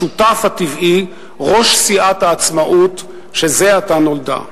השותף הטבעי, ראש סיעת העצמאות שזה עתה נולדה?